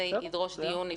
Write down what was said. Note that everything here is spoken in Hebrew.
זה ידרוש דיון נפרד.